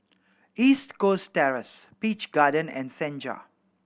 East Coast Terrace Peach Garden and Senja